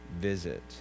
visit